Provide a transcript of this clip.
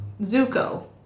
-Zuko